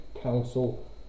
council